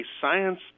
science